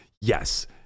Yes